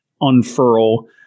unfurl